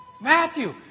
Matthew